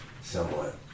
somewhat